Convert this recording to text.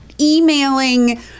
emailing